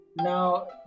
Now